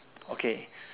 okay